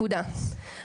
צריך